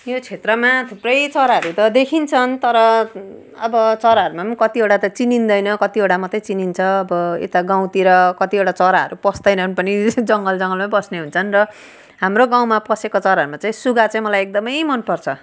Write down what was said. यो क्षेत्रमा थुप्रै चराहरू देखिन्छन् तर अब चराहरूमा कतिवटा त चिनिँदैन कतिवटा मात्र चिनिन्छ अब यता गाउँतिर कतिवटा चराहरू पस्दैनन् पनि जङ्गल जङ्गलै बस्ने हुन्छन् र हाम्रो गाउँमा पसेको चराहरूमा चाहिँ सुगा चाहिँ मलाई एकदम मन पर्छ